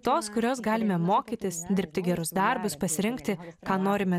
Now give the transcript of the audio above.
tos kurios galime mokytis dirbti gerus darbus pasirinkti ką norime